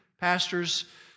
Pastors